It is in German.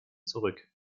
zurück